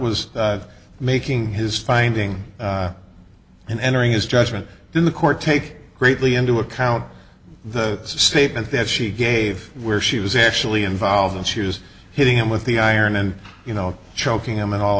was making his finding and entering his judgment in the court take greatly into account the statement that she gave where she was actually involved and she was hitting him with the iron and you know choking him and all